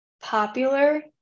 popular